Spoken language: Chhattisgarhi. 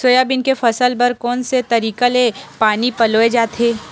सोयाबीन के फसल बर कोन से तरीका ले पानी पलोय जाथे?